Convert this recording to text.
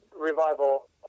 Revival